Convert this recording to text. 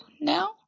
Now